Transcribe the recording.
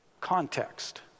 context